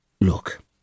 Look